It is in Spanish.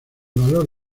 valor